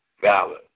valid